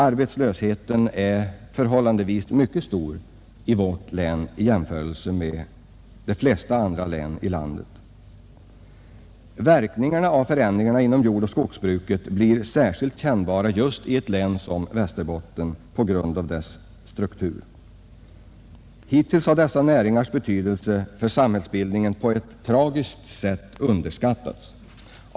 Arbetslösheten är förhållandevis mycket stor hos oss i jämförelse med de flesta andra län i landet. Verkningarna av förändringarna inom jordoch skogsbruket blir särskilt kännbara just i ett län som Västerbotten på grund av dess struktur. Hittills har dessa näringars betydelse för samhällsbildningen på ett tragiskt sätt underskattats.